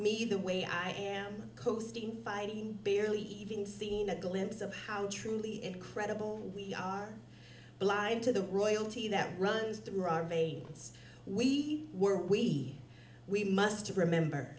me the way i am coasting fighting barely even seen a glimpse of how truly incredible we are blind to the royalty that runs through our veins we were we we must remember